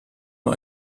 nur